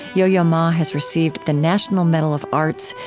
yo-yo ma has received the national medal of arts,